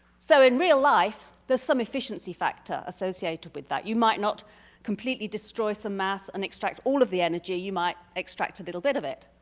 so in real life, there's some efficiency factor associated with that. you might not complete destroy some mass and extract all of the energy, you might extract a little bit of it.